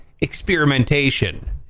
experimentation